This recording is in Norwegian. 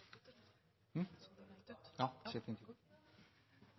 etter det